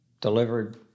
delivered